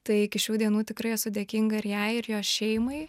tai iki šių dienų tikrai esu dėkinga ir jai ir jos šeimai